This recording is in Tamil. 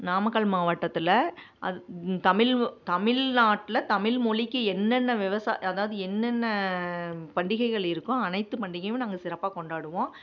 நாமக்கல் மாவட்டத்தில் அது தமிழ் தமிழ்நாட்டில் தமிழ்மொழிக்கு என்னென்ன விவசாய அதாவது என்னென்ன பண்டிகைகள் இருக்கோ அனைத்து பண்டிகையுமே நாங்கள் சிறப்பாக கொண்டாடுவோம்